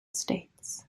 states